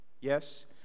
Yes